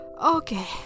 okay